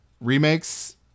remakes